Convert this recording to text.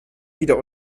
wieder